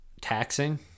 taxing